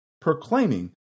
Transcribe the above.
proclaiming